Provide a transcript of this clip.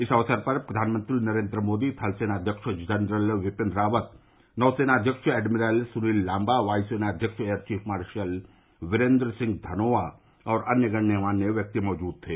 इस अवसर पर प्रधानमंत्री नरेन्द्र मोदी थल सेनाध्यक्ष जनरल बिपिन रावत नौसेना अध्यक्ष एडमिरल सुनील लांबा वायु सेनाध्यक्ष air chief marshal Birender Singh Dhanoa और अन्य गण्यमान्य व्यक्ति मौजूद थे